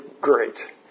great